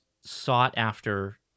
sought-after